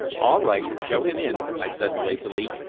all right, show him in, i said lazily,